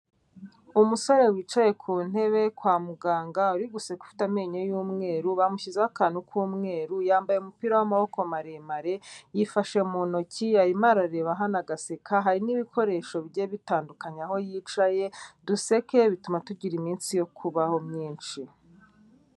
Umusore wicaye ku ntebe kwa muganga uri guseka ufite amenyo y'umweru, bamushyizeho akantu k'umweru, yambaye umupira w'amaboko maremare, yifashe mu ntoki arimo arareba hano agaseka, hari n'ibikoresho bigiye bitandukanya aho yicaye, duseke bituma tugira iminsi yo kubaho myinshi.